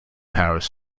paris